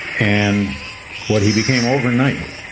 and what he became overnight,